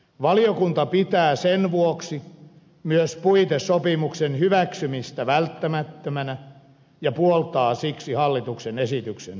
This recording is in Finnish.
valiokunta pitää sen vuoksi myös puitesopimuksen hyväksymistä välttämättömänä ja puoltaa siksi hallituksen esityksen hyväksymistä